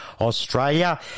Australia